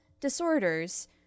disorders